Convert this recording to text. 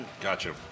Gotcha